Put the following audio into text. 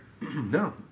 No